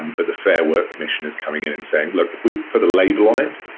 and but the fair work commission is coming in and saying, look, if we put a label on it,